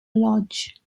lodge